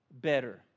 better